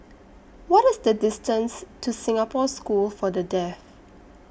What IS The distance to Singapore School For The Deaf